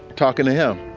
talking to him,